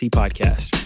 podcast